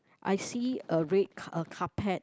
I see a red car a carpet